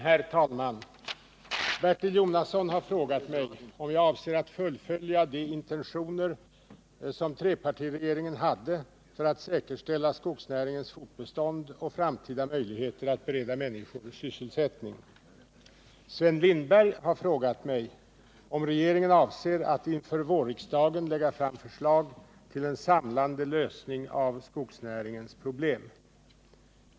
Herr talman! Bertil Jonasson har frågat mig om jag avser att fullfölja de intentioner som trepartiregeringen hade för att säkerställa skogsnäringens fortbestånd och framtida möjligheter att bereda människor sysselsättning. Sven Lindberg har frågat mig om regeringen avser att inför vårriksdagen lägga fram förslag till en samlad lösning av skogsnäringens problem.